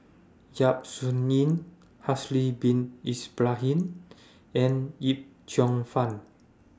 Yap Su Yin Haslir Bin Ibrahim and Yip Cheong Fun